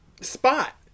spot